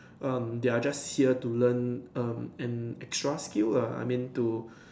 um they are just here to learn um an extra skill lah I mean to